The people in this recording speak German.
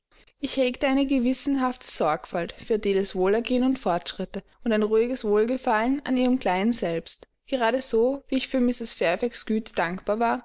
ich hegte eine gewissenhafte sorgfalt für adeles wohlergehen und fortschritte und ein ruhiges wohlgefallen an ihrem kleinen selbst gerade so wie ich für mrs fairfax güte dankbar war